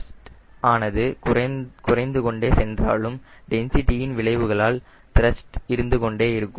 thrust ஆனது குறைந்து கொண்டே சென்றாலும் டென்சிட்டி இன் விளைவுகளால் த்ரஸ்ட் இருந்து கொண்டே இருக்கும்